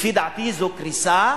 לפי דעתי זו קריסה